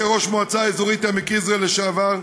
וכראש מועצה אזורית עמק יזרעאל לשעבר,